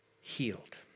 healed